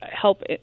help